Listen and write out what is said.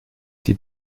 die